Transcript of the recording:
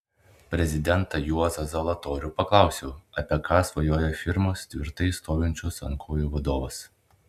prezidentą juozą zalatorių paklausiau apie ką svajoja firmos tvirtai stovinčios ant kojų vadovas